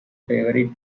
favourite